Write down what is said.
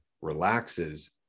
Relaxes